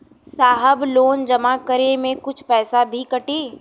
साहब लोन जमा करें में कुछ पैसा भी कटी?